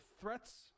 threats